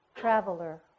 Traveler